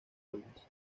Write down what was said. hábiles